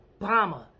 Obama